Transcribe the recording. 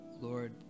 Lord